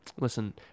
Listen